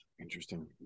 Interesting